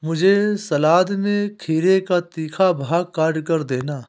मुझे सलाद में खीरे का तीखा भाग काटकर देना